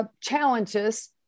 challenges